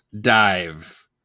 dive